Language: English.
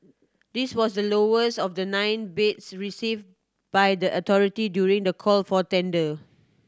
this was the lowest of the nine bids received by the authority during the call for tender